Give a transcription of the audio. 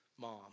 mom